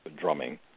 drumming